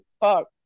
Fuck